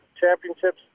Championships